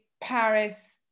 Paris